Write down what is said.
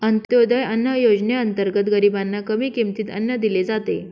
अंत्योदय अन्न योजनेअंतर्गत गरीबांना कमी किमतीत अन्न दिले जाते